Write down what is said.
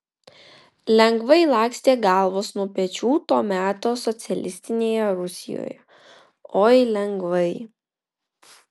lengvai lakstė galvos nuo pečių to meto socialistinėje rusijoje oi lengvai